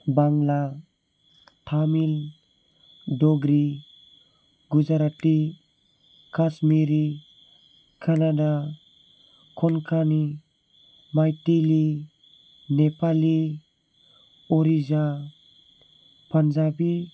Bangla Tamil Dogri Gujarati Kashmiri Kannada Konkani Maithili Nepali Oriya Punjabi